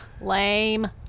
Lame